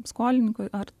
skolininkui ar